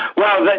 well, but